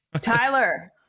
Tyler